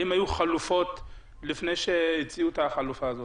האם היו חלופות לפני שהציעו את החלופה הזאת?